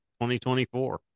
2024